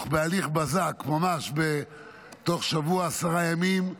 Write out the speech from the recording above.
בהליך בזק, ממש תוך שבוע, עשרה ימים,